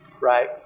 right